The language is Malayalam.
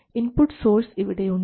ഇൻപുട്ട് സോഴ്സ് ഇവിടെയുണ്ട്